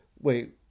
Wait